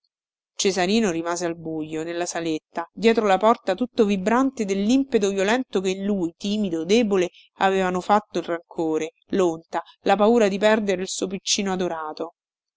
cesarino rimase al bujo nella saletta dietro la porta tutto vibrante dellimpeto violento che in lui timido debole avevano fatto il rancore lonta la paura di perdere il suo piccino adorato